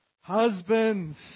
husbands